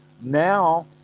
now